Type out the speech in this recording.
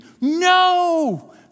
No